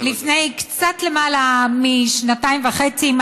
לפני קצת יותר משנתיים וחצי,